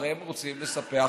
הרי הם רוצים לספח